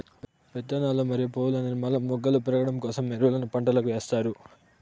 విత్తనాలు మరియు పువ్వుల నిర్మాణం, మొగ్గలు పెరగడం కోసం ఎరువులను పంటలకు ఎస్తారు